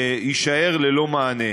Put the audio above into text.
יישאר ללא מענה.